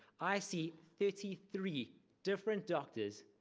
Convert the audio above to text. i see thirty three different doctors.